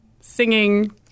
singing